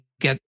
get